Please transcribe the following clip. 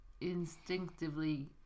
instinctively